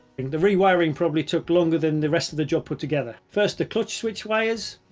the rewiring probably took longer than the rest of the job put together. first the clutch switch wires.